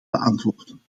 beantwoorden